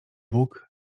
bug